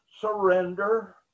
surrender